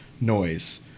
noise